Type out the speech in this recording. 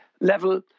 level